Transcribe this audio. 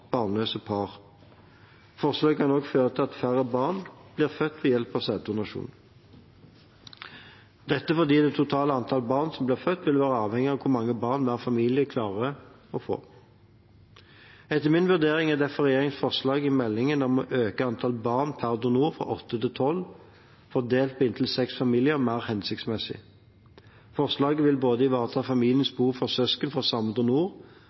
barnløse par. Forslaget kan også føre til at færre barn blir født ved hjelp av sæddonasjon, fordi det totale antallet barn som blir født, vil være avhengig av hvor mange barn hver familie klarer å få. Etter min vurdering er derfor regjeringens forslag i meldingen om å øke antall barn per donor fra åtte til tolv, fordelt på inntil seks familier, mer hensiktsmessig. Forslaget vil både ivareta familiens behov for søsken fra samme donor og